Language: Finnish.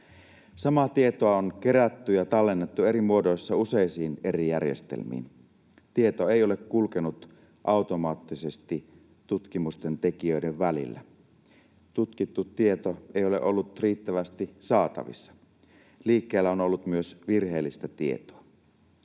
Samaa tietoa on kerätty ja tallennettu eri muodoissa useisiin eri järjestelmiin. Tieto ei ole kulkenut automaattisesti tutkimusten tekijöiden välillä. Tutkittua tietoa ei ole ollut riittävästi saatavissa. Liikkeellä on ollut myös virheellistä tietoa.